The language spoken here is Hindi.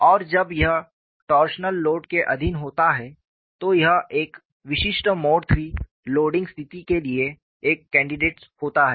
और जब यह टॉर्सनल लोड के अधीन होता है तो यह एक विशिष्ट मोड III लोडिंग स्थिति के लिए एक कैंडिडेट्स होता है